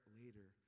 later